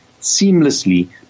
seamlessly